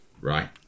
right